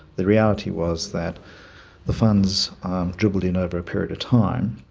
the reality was that the funds dribbled in over a period of time.